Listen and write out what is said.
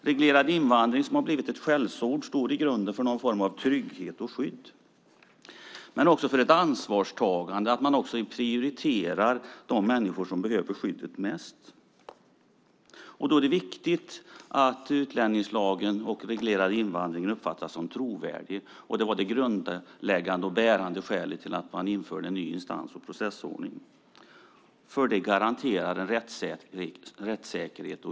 Reglerad invandring, som har blivit ett skällsord, står i grunden för en form av trygghet och skydd, men också för ett ansvarstagande; man prioriterar de människor som behöver skyddet mest. Då är det viktigt att utlänningslagen och den reglerade invandringen uppfattas som trovärdiga. Det var det grundläggande och bärande skälet till att man införde en ny instans och processordning. Det garanterar rättssäkerhet.